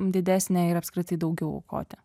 didesnę ir apskritai daugiau aukoti